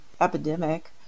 epidemic